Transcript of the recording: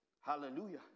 Hallelujah